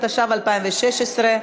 התשע"ו 2016,